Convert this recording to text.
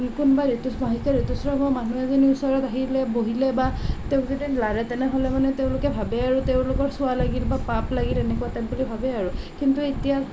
কোনোবা ঋতু মাহেকীয়া ঋতুস্ৰাৱ হোৱা মানুহ এজনীৰ ওচৰত আহি লৈ বহিলে বা তেওঁক যদি লাৰে তেনেহ'লে মানে তেওঁলোকে ভাৱে আৰু তেওঁলোকৰ চুৱা লাগিল বা পাপ লাগিল এনেকুৱা টাইপ বুলি ভাৱে আৰু কিন্তু এতিয়া